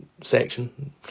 section